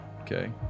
Okay